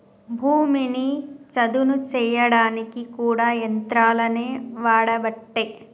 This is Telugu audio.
భూమిని చదును చేయడానికి కూడా యంత్రాలనే వాడబట్టే